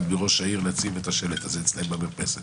מראש העיר כדי לשים את השלט הזה אצלם במרפסת.